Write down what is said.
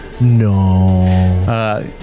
No